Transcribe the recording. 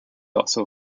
also